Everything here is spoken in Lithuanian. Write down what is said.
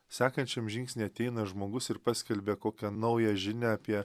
sekančiam žingsny ateina žmogus ir paskelbia kokią naują žinią apie